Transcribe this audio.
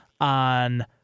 on –